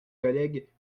collègues